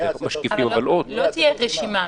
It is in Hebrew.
לא תהיה רשימה.